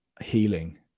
healing